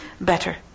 better